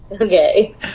Okay